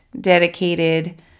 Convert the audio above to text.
dedicated